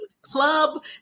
club